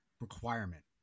requirement